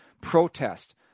protest